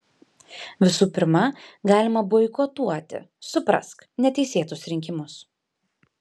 visų pirma galima boikotuoti suprask neteisėtus rinkimus